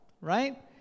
right